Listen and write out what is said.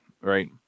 right